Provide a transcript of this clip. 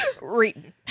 Reading